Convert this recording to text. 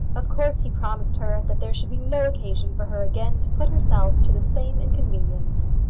of course he promised her that there should be no occasion for her again to put herself to the same inconvenience.